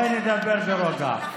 בואי נדבר ברוגע.